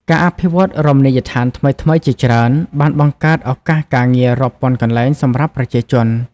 ការអភិវឌ្ឍន៍រមណីយដ្ឋានថ្មីៗជាច្រើន បានបង្កើត ឱកាសការងាររាប់ពាន់កន្លែង សម្រាប់ប្រជាជន។